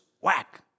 Whack